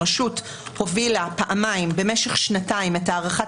הרשות הובילה פעמיים במשך שנתיים את הערכת